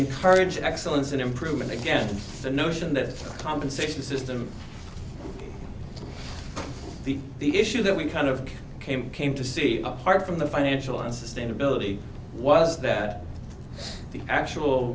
encourage excellence and improvement again the notion that compensation system the issue that we kind of came came to see apart from the financial and sustainability was that the actual